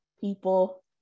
people